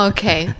Okay